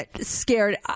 Scared